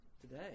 today